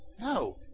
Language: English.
No